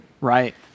right